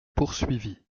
poursuivit